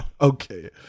Okay